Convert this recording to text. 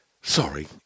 Sorry